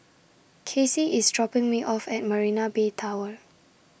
Kasey IS dropping Me off At Marina Bay Tower